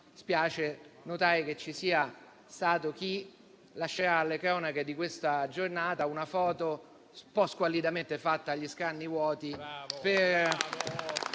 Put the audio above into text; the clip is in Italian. impegno - ci sia stato chi lascerà alle cronache di questa giornata una foto un po' squallidamente fatta agli scranni vuoti